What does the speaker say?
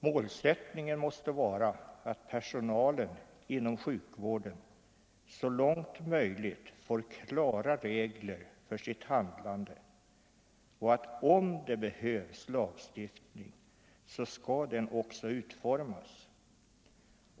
Målsättningen måste vara att personalen inom sjukvården så långt möjligt får klara regler för sitt handlande och att om att det behövs lagstiftning, så skall den också utformas.